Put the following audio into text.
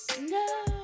no